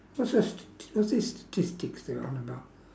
what's this st~ what's this statistics they're on about